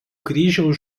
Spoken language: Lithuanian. kryžiaus